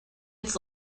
its